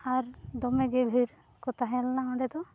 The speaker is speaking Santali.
ᱟᱨ ᱫᱚᱢᱮᱜᱮ ᱵᱷᱤᱲ ᱠᱚ ᱛᱟᱦᱮᱸ ᱞᱮᱱᱟ ᱚᱸᱰᱮ ᱫᱚ